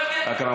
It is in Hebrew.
רק את מבינה,